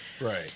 Right